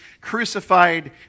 crucified